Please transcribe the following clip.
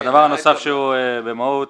דבר נוסף שהוא במהות,